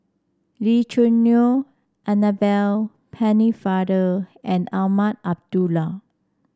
Lee Choo Neo Annabel Pennefather and Azman Abdullah